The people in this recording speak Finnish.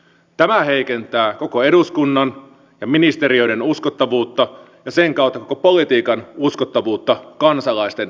tämä heikentää koko eduskunnan ja ministeriöiden uskottavuutta ja sen kautta koko politiikan uskottavuutta kansalaisten silmissä